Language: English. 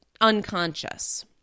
unconscious